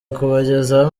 kubagezaho